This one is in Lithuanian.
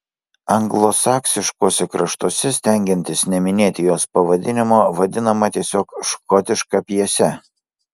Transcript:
anglosaksiškuose kraštuose stengiantis neminėti jos pavadinimo vadinama tiesiog škotiška pjese